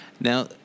now